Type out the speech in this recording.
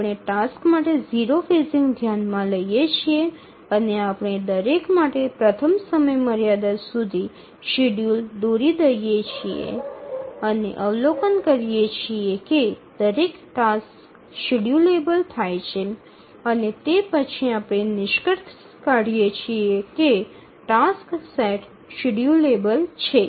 આપણે ટાસક્સ માટે 0 ફેઝિંગ ધ્યાનમાં લઈએ છીએ અને આપણે દરેક માટે પ્રથમ સમયમર્યાદા સુધી શેડ્યૂલ દોરી દઈએ છીએ અને અવલોકન કરીએ છીએ કે દરેક ટાસ્ક શેડ્યૂલેબલ થાય છે અને તે પછી આપણે નિષ્કર્ષ કાઢીએ છીએ કે ટાસક્સ સેટ શેડ્યૂલેબલ છે